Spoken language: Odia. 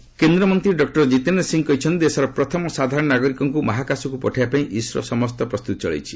ଗଗନଯାନ କେନ୍ଦ୍ରମନ୍ତ୍ରୀ ଡକ୍ଟର ଜିତେନ୍ଦ୍ର ସିଂ କହିଛନ୍ତି ଦେଶର ପ୍ରଥମ ସାଧାରଣ ନାଗରିକଙ୍କୁ ମହାକାଶକୁ ପଠାଇବା ପାଇଁ ଇସ୍ରୋ ସମସ୍ତ ପ୍ରସ୍ତୁତି ଚଳାଇଛି